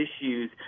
issues